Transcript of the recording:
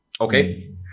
okay